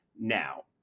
Now